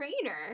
trainer